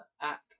app